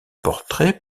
portrait